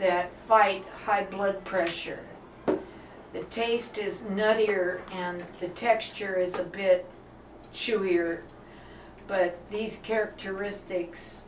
that fight high blood pressure the taste is nerve eater and the texture is a bit chillier but these characteristics